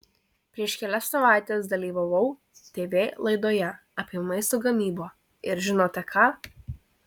prieš kelias savaites dalyvavau tv laidoje apie maisto gamybą ir žinote ką